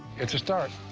it's a start.